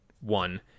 one –